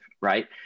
right